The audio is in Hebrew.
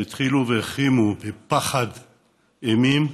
בדחילו ורחימו, בפחד אימים,